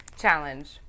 challenge